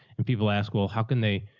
and people ask, well, how can they,